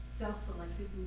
self-selected